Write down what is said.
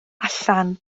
allan